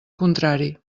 contrari